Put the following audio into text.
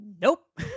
Nope